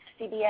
CBS